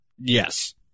Yes